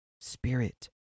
Spirit